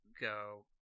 go